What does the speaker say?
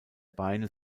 beine